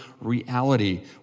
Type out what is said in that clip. reality